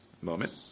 moment